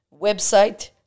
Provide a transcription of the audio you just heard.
website